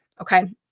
okay